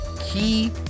key